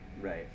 right